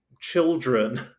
children